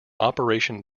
operation